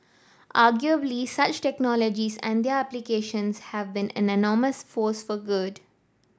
arguably such technologies and their applications have been an enormous force for good